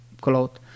cloth